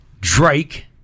Drake